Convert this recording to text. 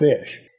fish